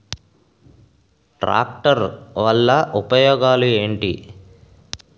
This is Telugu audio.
ట్రాక్టర్ వల్ల ఉపయోగాలు ఏంటీ?